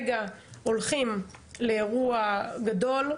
כרגע הולכים לאירוע גדול.